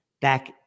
back